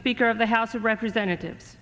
speaker of the house of representatives